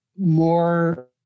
more